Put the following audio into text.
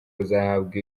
bazahabwa